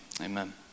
Amen